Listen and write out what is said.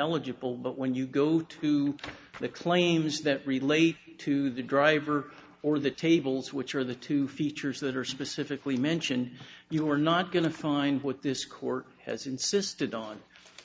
eligible but when you go to the claims that relate to the driver or the tables which are the two features that are specifically mentioned you are not going to find with this court has insisted on